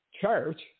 church